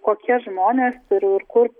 kokie žmonės ir ir kur